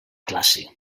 classe